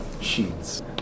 sheets